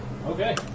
Okay